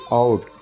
out